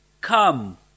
come